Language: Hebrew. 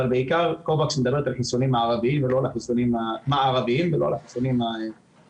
אבל קובקס מדברת בעיקר על החיסונים המערביים ולא החיסון הרוסי,